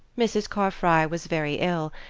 mrs. carfry was very ill,